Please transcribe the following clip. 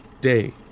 Day